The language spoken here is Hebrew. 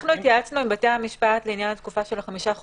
אנחנו התייעצנו עם בתי המשפט לעניין תקופת חמשת החודשים,